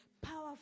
powerful